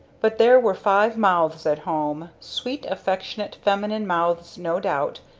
but there were five mouths at home sweet affectionate feminine mouths no doubt,